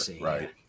right